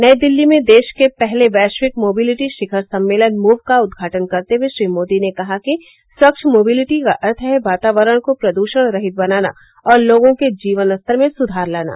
नई दिल्ली में देश के पहले वैश्विक मोबिलिटी शिखर सम्मेलन मूव का उद्घाटन करते हुए श्री मोदी ने कहा कि स्वच्छ मोबिलिटी का अर्थ है वातावरण को प्रदूषणरहित बनाना और लोगों के जीवन स्तर में सुधार लाना